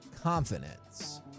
confidence